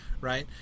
right